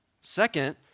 Second